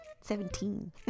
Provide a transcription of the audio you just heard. Seventeen